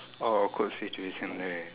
oh awkward situation right